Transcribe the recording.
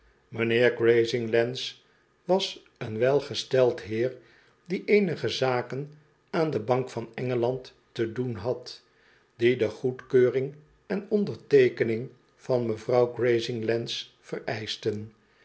grazinglands was een welgesteld heer die eenige zaken aan de bank van engeland te doen had die de goedkeuring en onderteekening van mevrouw grazinglands vereischten